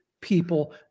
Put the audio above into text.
people